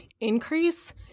increase